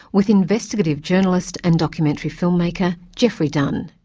with investigative journalist and documentary filmmaker, geoffrey dunn.